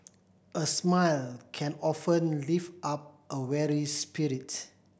a smile can often lift up a weary spirits